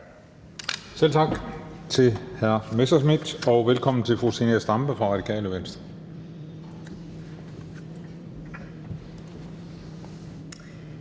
Selv tak til hr. Morten Messerschmidt. Og velkommen til fru Zenia Stampe fra Radikale Venstre.